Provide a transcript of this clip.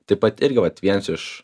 taip pat irgi vat viens iš